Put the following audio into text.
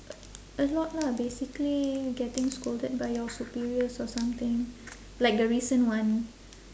a lot lah basically getting scolded by your superiors or something like the recent one